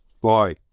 Boy